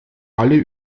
alle